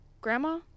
Grandma